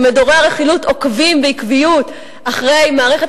שמדורי הרכילות עוקבים בעקביות אחרי מערכת